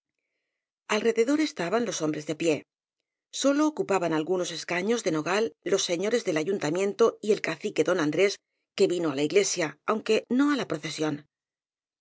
es taban los hombres de pie sólo ocupaban algunos escaños de nogal los señores del ayuntamiento y el cacique don andrés que vino á la iglesia aun que no á la procesión